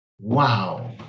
Wow